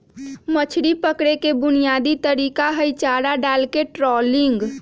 मछरी पकड़े के बुनयादी तरीका हई चारा डालके ट्रॉलिंग